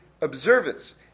observance